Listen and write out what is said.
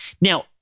Now